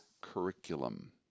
curriculum